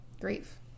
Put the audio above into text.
grief